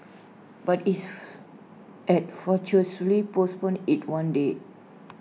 but if had fortuitously postponed IT one day